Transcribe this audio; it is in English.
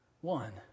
One